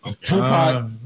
Tupac